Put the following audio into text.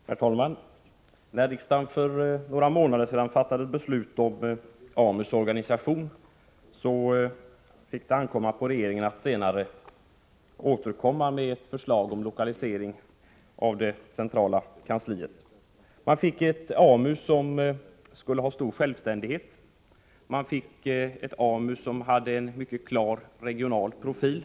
Herr talman! När riksdagen för några månader sedan fattade ett beslut om AMU:s organisation skulle det ankomma på regeringen att senare återkomma med förslag om lokalisering av det centrala kansliet. AMU skulle få en stor självständighet och en mycket klar regional profil.